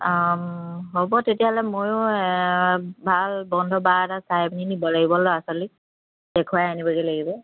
অঁ হ'ব তেতিয়াহ'লে ময়ো ভাল বন্ধ বাৰ এটা চাই পিনি নিব লাগিব ল'ৰা ছোৱালীক দেখুৱাই আনিবগৈ লাগিব